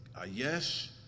Ayesh